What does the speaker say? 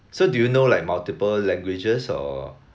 so do you know like multiple languages or